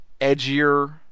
edgier